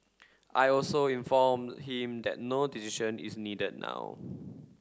I also inform him that no decision is needed now